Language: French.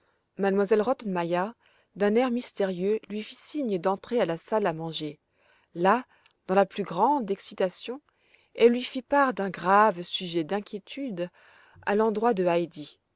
m elle rottenmeier d'un air mystérieux lui fit signe d'entrer à la salle à ranger là dans la plus grande excitation elle lui fit part d'un grave sujet d'inquiétude à l'endroit de heidi